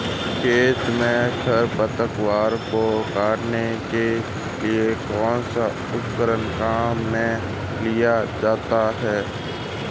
खेत में खरपतवार को काटने के लिए कौनसा उपकरण काम में लिया जाता है?